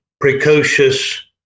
precocious